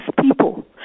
people